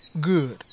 Good